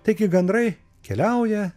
taigi gandrai keliauja